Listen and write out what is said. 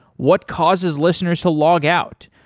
what causes listeners to log out,